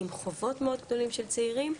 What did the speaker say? עם חובות מאוד גדולים של צעירים.